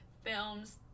films